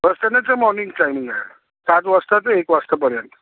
first स्टँडर्डचं morning timing आहे सात वाजता ते एक वाजतापर्यंत